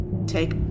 take